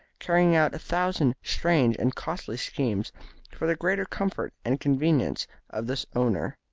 carrying out a thousand strange and costly schemes for the greater comfort and convenience of the owner.